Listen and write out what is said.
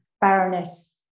Baroness